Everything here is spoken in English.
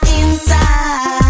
inside